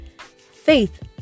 Faith